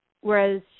Whereas